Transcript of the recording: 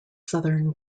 southern